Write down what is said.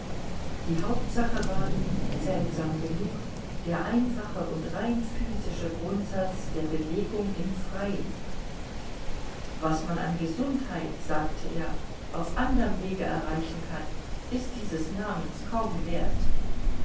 die hauptsache war ihm seltsam genug der einfache und rein physische grundsatz der bewegung im freien was man an gesundheit sagte er auf anderm wege erreichen kann ist dieses namens kaum wert